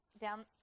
down